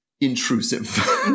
Intrusive